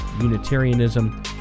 Unitarianism